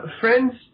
Friends